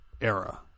era